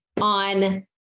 on